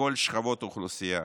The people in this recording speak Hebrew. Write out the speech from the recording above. מכל שכבות האוכלוסייה.